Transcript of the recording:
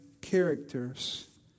characters